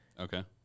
Okay